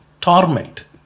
torment